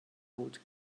old